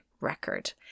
record